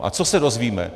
A co se dozvíme.